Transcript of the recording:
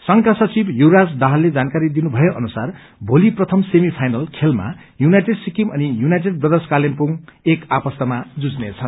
संघका सचिव युवराज दाहालले जानकारी दिनुभए अनुसार भोलि प्रथम सेमी फाइनल खेलामा यूनाईटेड सिक्किम अनि यूनाईटेड ब्रदर्स कालेवुङ आपस्तमा जुझ्ने छन्